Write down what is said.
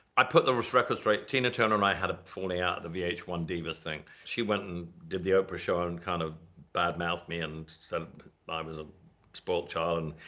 i put the record straight. tina turner and i had a falling out at the v h one divas thing. she went and did the oprah show and kind of bad mouthed me and said i was a spoiled child.